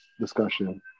discussion